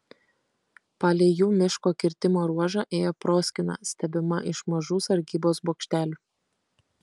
palei jų miško kirtimo ruožą ėjo proskyna stebima iš mažų sargybos bokštelių